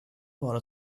vara